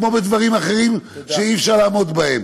כמו בדברים אחרים שאי-אפשר לעמוד בהם.